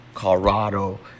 Colorado